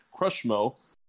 Crushmo